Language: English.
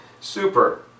super